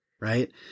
right